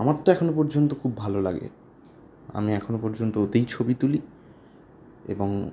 আমার তো এখনও পর্যন্ত খুব ভালো লাগে আমি এখনও পর্যন্ত ওতেই ছবি তুলি এবং